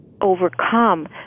overcome